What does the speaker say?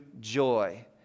joy